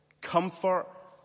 comfort